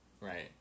right